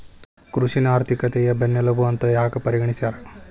ಕೃಷಿನ ಆರ್ಥಿಕತೆಯ ಬೆನ್ನೆಲುಬು ಅಂತ ಯಾಕ ಪರಿಗಣಿಸ್ಯಾರ?